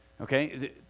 Okay